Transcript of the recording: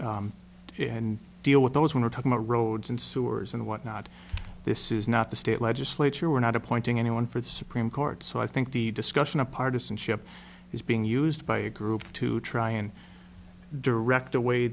and and deal with those we're talking roads and sewers and whatnot this is not the state legislature we're not appointing anyone for the supreme court so i think the discussion of partisanship is being used by a group to try and direct away